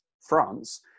France